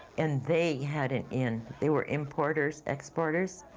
and they had an in. they were importers exporters.